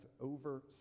over